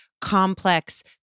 complex